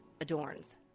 adorns